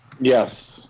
Yes